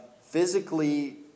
Physically